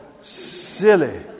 silly